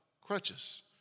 Crutches